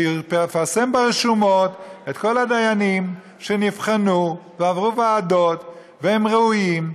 שיפרסם ברשומות את כל הדיינים שנבחנו ועברו ועדות והם ראויים,